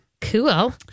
Cool